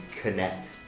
connect